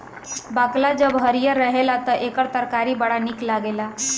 बकला जब हरिहर रहेला तअ एकर तरकारी बड़ा निक लागेला